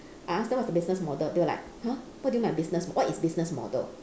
I ask them what's the business model they were like !huh! what do you mean by business what is business model